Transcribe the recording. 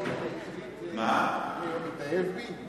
הוא התאהב בי?